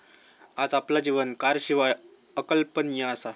आज आपला जीवन कारशिवाय अकल्पनीय असा